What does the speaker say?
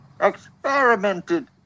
experimented